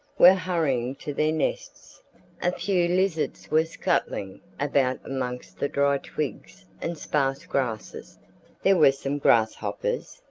were hurrying to their nests a few lizards were scuttling about amongst the dry twigs and sparse grasses there were some grasshoppers,